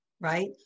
right